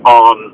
on